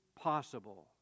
possible